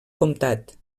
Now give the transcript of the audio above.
comtat